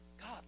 God